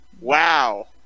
wow